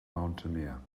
mountaineer